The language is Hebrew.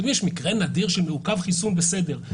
יש מקרה נדיר של מעוכב חיסון בסדר,